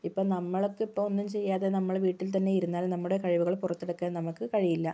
ഇപ്പം നമ്മൾക്ക് ഇപ്പമൊന്നും ചെയ്യാതെ നമ്മള് വീട്ടിൽ തന്നെ ഇരുന്നാൽ നമ്മുടെ കഴിവുകൾ പുറത്തെടുക്കാൻ നമുക്ക് കഴിയില്ല